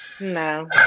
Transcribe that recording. No